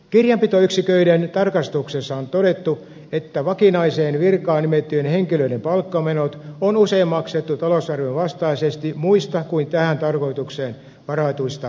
kirjanpitoyksiköiden tarkastuksessa on todettu että vakinaiseen virkaan nimettyjen henkilöiden palkkamenot on usein maksettu talousarvion vastaisesti muista kuin tähän tarkoitukseen varatuista määrärahoista